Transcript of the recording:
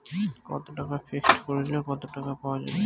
কত টাকা ফিক্সড করিলে কত টাকা পাওয়া যাবে?